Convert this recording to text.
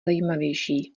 zajímavější